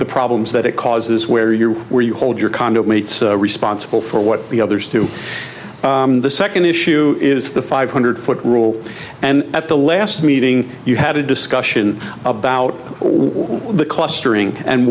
the problems that it causes where you where you hold your condo mates responsible for what the others to the second issue is the five hundred foot rule and at the last meeting you had a discussion about what the clustering and